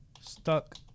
stuck